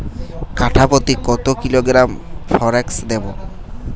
কাঠাপ্রতি কত kilogram forex দেবো?